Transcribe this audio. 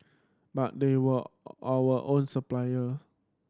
but they were our own supplier